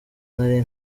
nari